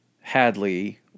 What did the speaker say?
Hadley